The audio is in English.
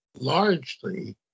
largely